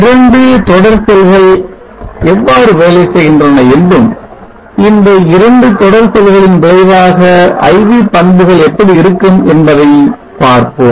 இரண்டு தொடர் செல்கள் எவ்வாறு வேலை செய்கின்றன என்றும் இந்த இரண்டு தொடர் செல்களின் விளைவான IV பண்புகள் எப்படி இருக்கும் என்பதை பார்ப்போம்